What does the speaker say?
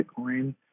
Bitcoin